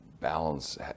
balance